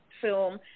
film